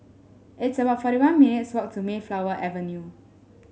it's about forty one minutes walk to Mayflower Avenue